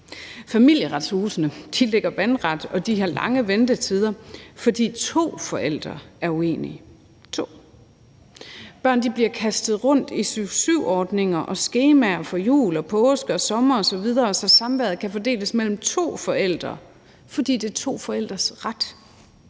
Familieretshuset ligger vandret, og de har lange ventetider, fordi to forældre er uenige – to. Børn bliver kastet rundt i 7-7-ordninger og skemaer for jul, påske og sommer osv., så samværet kan fordeles mellem to forældre, fordi det er to forældres ret.